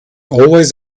always